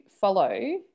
follow